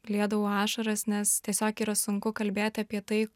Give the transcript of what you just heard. liedavau ašaras nes tiesiog yra sunku kalbėti apie tai